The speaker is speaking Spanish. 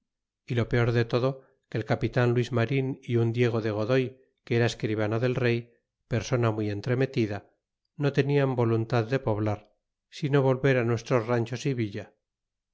y lo peor de todo que el capitan luis marin é un diego de godoy que era escribano del rey persona muy entremetida no tenian voluntad de poblar sino volver á nuestros ranchos y villa